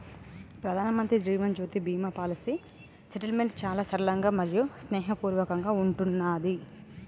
ప్రధానమంత్రి Jeevan Jyoti Bima policy settlement చాలా సరళంగా మరియు స్నేహపూర్వకంగా ఉంటున్నాది